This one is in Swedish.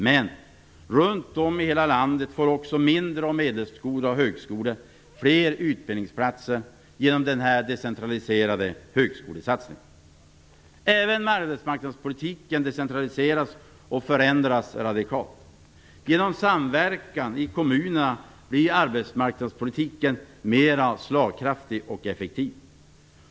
Men runt om i hela landet får också mindre och medelstora högskolor fler utbildningsplatser genom den här decentraliserade högskolesatsningen. Även arbetsmarknadspolitiken decentraliseras och förändras radikalt. Genom samverkan i kommunerna blir arbetsmarknadspolitiken mera slagkraftig och effektiv.